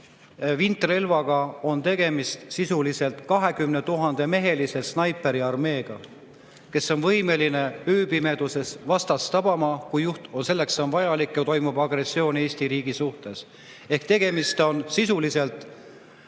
Vintrelva puhul on tegemist sisuliselt 20 000-mehelise snaipriarmeega, kes on võimeline ööpimeduses vastast tabama, kui see on vajalik ja toimub agressioon Eesti riigi vastu. Ehk tegemist on sisuliselt